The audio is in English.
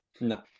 No